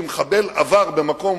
כי מחבל עבר במקום,